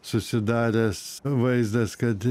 susidaręs vaizdas kad